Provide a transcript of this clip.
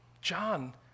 John